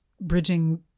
bridging